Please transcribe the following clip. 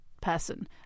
person